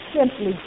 simply